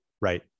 Right